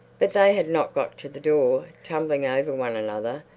but they had not got to the door, tumbling over one another,